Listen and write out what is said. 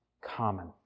common